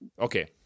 Okay